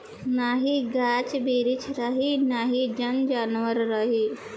नाही गाछ बिरिछ रही नाही जन जानवर रही